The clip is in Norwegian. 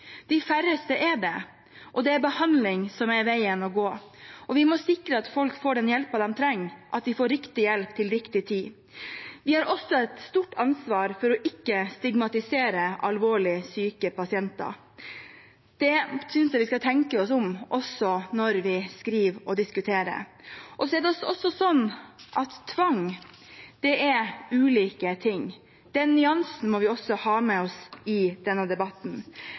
De færreste er det. Det er behandling som er veien å gå, og vi må sikre at folk får den hjelpen de trenger, at de får riktig hjelp til riktig tid. Vi har også et stort ansvar for ikke å stigmatisere alvorlig syke pasienter. Jeg synes vi skal tenke oss om – også når vi skriver og diskuterer. Det er også sånn at tvang er ulike ting – den nyansen må vi også ha med oss i denne debatten.